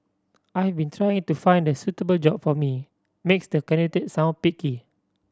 I've been trying to find the suitable job for me makes the candidate sound picky